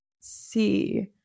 see